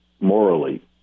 morally